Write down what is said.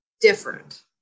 Different